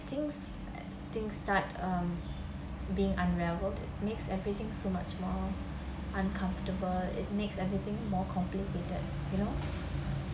things things start um being unraveled makes everything so much more uncomfortable makes everything more complicated you know